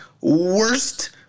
worst